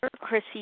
Chrissy